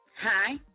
Hi